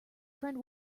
friend